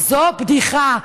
זו בדיחה.